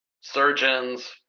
surgeons